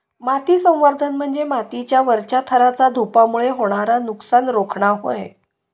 माती संवर्धन म्हणजे मातीच्या वरच्या थराचा धूपामुळे होणारा नुकसान रोखणा होय